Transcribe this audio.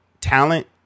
talent